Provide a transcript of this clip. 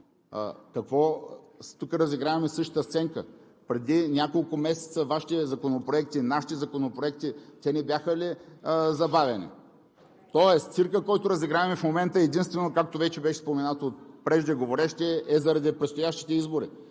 тук разиграваме същата сценка. Преди няколко месеца Вашите законопроекти, нашите законопроекти, не бяха ли забавени? Тоест циркът, който разиграваме в момента, единствено, както беше споменато от преждеговорившия, е заради предстоящите избори,